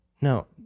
No